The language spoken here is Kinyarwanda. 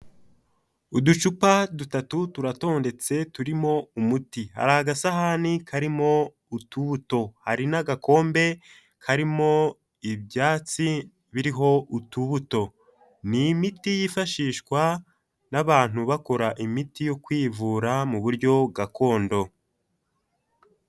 Uducupa dutatu turatondetse, turimo umuti. Hari agasahani karimo utubuto. Hari n'agakombe karimo ibyatsi biriho utubuto. Ni imiti yifashishwa n'abantu bakora imiti yo kwivura mu buryo gakondo.